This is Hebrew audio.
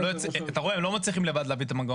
כי אתה רואה, הם לא מצליחים לבד להביא את המנגנון.